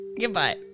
goodbye